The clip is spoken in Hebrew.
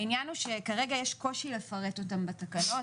העניין הוא שכרגע יש קושי לפרט אותם בתקנות.